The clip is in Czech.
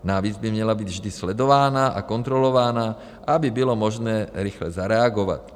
Navíc by měla být vždy sledována a kontrolována, aby bylo možné rychle zareagovat.